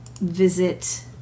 visit